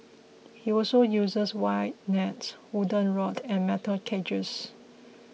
he also uses wide nets wooden rod and metal cages